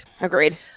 agreed